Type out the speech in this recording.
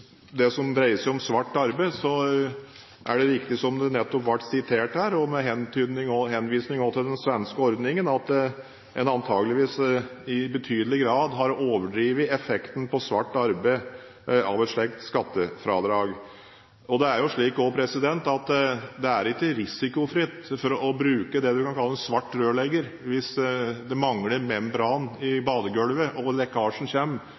svart arbeid, er det riktig det som nettopp ble sitert her – og med henvisning til den svenske ordningen – at man antageligvis i betydelig grad har overdrevet effekten et slikt skattefradrag har på svart arbeid. Det er jo ikke risikofritt å ha brukt – det man kan kalle – en svart rørlegger hvis det blir en lekkasje og det da mangler membran i badegulvet, og